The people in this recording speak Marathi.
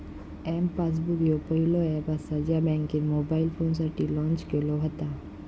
एम पासबुक ह्यो पहिलो ऍप असा ज्या बँकेन मोबाईल फोनसाठी लॉन्च केला व्हता